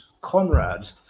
Conrad